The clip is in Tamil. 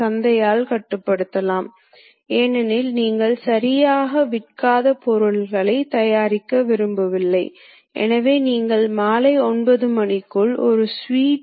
அந்த ஷாப்ட் என்கோடர் ஒரு சுழற்சிக்கு 500 துடிப்புகள் கொடுக்கிறது என வைத்துக்கொள்வோம்